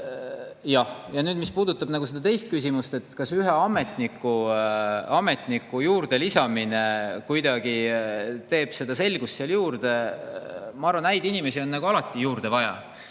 Nüüd, mis puudutab seda teist küsimust, kas ühe ametniku juurde lisamine kuidagi teeb selgust juurde, ma arvan, et häid inimesi on alati juurde vaja.